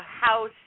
House